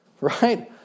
right